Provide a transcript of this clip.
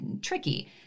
tricky